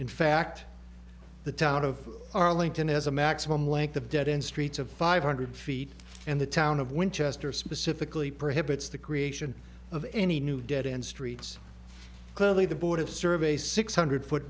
in fact the town of arlington has a maximum length of dead in streets of five hundred feet and the town of winchester specifically prohibits the creation of any new dead end streets clearly the board of survey six hundred foot